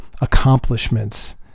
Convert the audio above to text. accomplishments